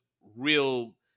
real